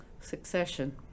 Succession